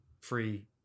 free